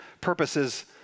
purposes